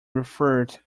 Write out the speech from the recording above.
referred